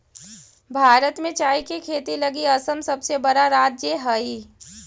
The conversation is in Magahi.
भारत में चाय के खेती लगी असम सबसे बड़ा राज्य हइ